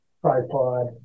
tripod